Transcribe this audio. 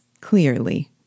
clearly